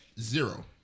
zero